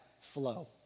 flow